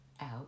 out